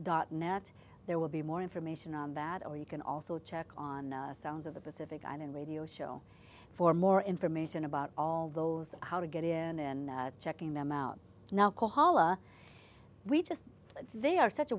dot net there will be more information on that or you can also check on the sounds of the pacific island radio show for more information about all those how to get in checking them out now kohala we just they are such a